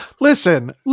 Listen